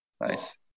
Nice